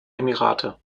emirate